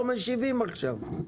לא משיבים עכשיו,